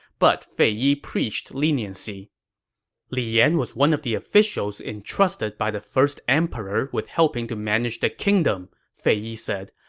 but fei yi preached leniency li yan was one of the officials entrusted by the first emperor with helping to manage the kingdom, fei yi said.